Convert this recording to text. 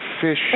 Fish